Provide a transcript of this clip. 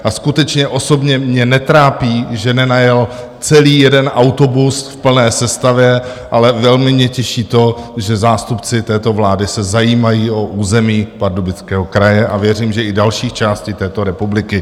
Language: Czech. A skutečně osobně mě netrápí, že nenajel celý jeden autobus v plné sestavě, ale velmi mě těší to, že zástupci této vlády se zajímají o území Pardubického kraje, a věřím, že i dalších částí této republiky.